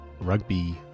rugby